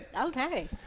Okay